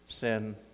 sin